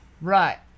Right